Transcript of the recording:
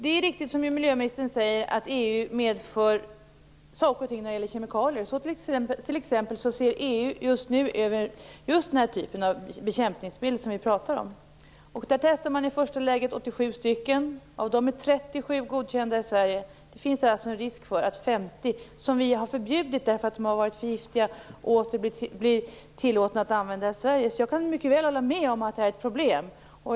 Det är riktigt, som miljöministern säger, att EU medför olika saker när det gäller kemikalier. Så t.ex. ser EU just nu över den typ av bekämpningsmedel som vi pratar om. Man testar i första omgången 87 stycken. Av dem är 37 godkända i Sverige. Det finns alltså en risk för att 50 medel som vi har förbjudit därför att de har varit för giftiga åter blir tillåtna att använda i Sverige. Jag kan mycket väl hålla med om att det är ett problem.